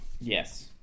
Yes